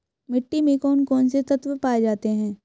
मिट्टी में कौन कौन से तत्व पाए जाते हैं?